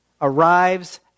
arrives